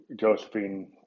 Josephine